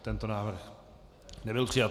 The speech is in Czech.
Tento návrh nebyl přijat.